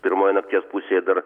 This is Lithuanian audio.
pirmoje nakties pusėje dar